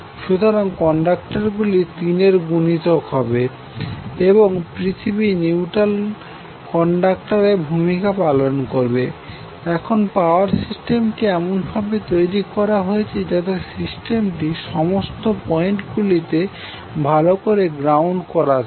সুতরাং কন্ডাক্টরগুলি তিনের গুনিতক হবে এবং পৃথিবী নিউট্রাল কন্ডাক্টরের ভূমিকা পালন করবে এখন পাওয়ার সিস্টেমটি এমনভাবে তৈরি করা হয়েছে যাতে সিস্টেমটি সমস্ত পয়েন্টগুলিতে ভালো করে গ্রাউন্ডেড থাকে